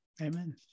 Amen